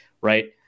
Right